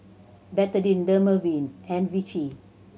Betadine Dermaveen and Vichy